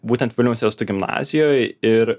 būtent vilniaus jėzuitų gimnazijoj ir